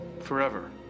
forever